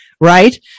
Right